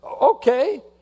Okay